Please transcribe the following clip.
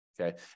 Okay